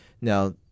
Now